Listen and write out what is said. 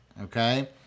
Okay